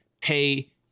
pay